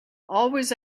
always